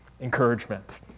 encouragement